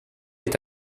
est